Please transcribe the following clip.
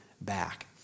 back